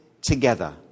together